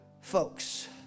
folks